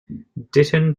ditton